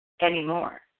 anymore